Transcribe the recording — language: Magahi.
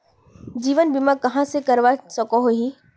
जीवन बीमा कहाँ कहाँ से करवा सकोहो ही?